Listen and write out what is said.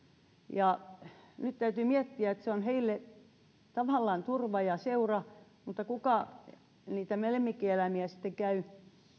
ja nyt täytyy miettiä että se on heille tavallaan turva ja seura mutta kuka niitä lemmikkieläimiä sitten käy